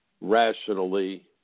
rationally